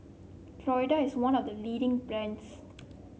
Floxia is one of the leading brands